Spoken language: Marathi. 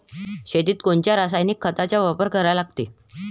शेतीत कोनच्या रासायनिक खताचा वापर करा लागते?